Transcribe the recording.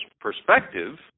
perspective